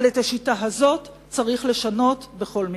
אבל את השיטה הזאת צריך לשנות בכל מקרה.